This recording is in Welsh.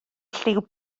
lliw